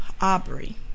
Aubrey